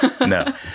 No